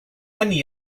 hynny